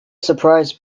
surprise